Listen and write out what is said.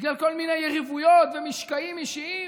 בגלל כל מיני יריבויות ומשקעים אישיים?